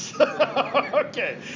Okay